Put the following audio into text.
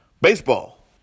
baseball